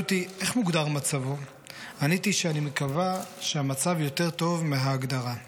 אותי איך מוגדר מצבו / עניתי שאני מקווה שהמצב יותר טוב מההגדרה //